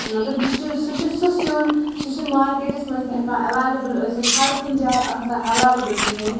مطلب یُس چھُ سُہ چھُ سُہ سیُن سُہ چھُنہٕ مارکیٹس منٛز تہِ ہیٚکان ایٚولیبٕل ٲسِتھ ہر کُنہِ جایہِ آسان ایٚولیبٕل کِہینۍ